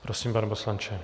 Prosím, pane poslanče.